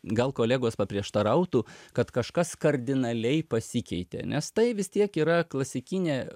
gal kolegos paprieštarautų kad kažkas kardinaliai pasikeitė nes tai vis tiek yra klasikinė